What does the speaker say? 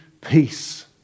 peace